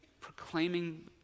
proclaiming